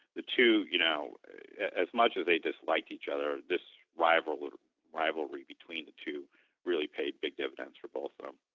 the two, you know as much as they disliked each other, this rivalry rivalry between the two really paid big dividends for both of them